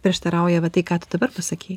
prieštarauja va tai ką tu dabar pasakei